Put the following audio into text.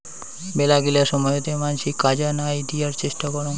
মেলাগিলা সময়তে মানসি কাজা নাই দিয়ার চেষ্টা করং